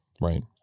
right